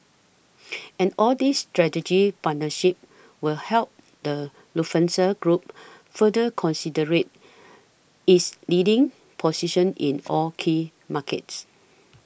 and all these strategic partnerships will help the Lufthansa Group further considerate is leading position in all key markets